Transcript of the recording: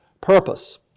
purpose